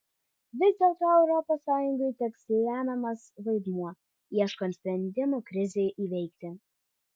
vis dėlto europos sąjungai teks lemiamas vaidmuo ieškant sprendimų krizei įveikti